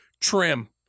trim